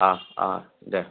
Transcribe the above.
অঁ অঁ দে